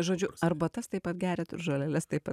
žodžiu arbatas taip pat geriat žoleles taip pat